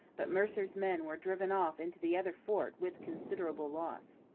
but mercer's men were driven off into the other fort with considerable loss.